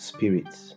Spirits